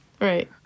right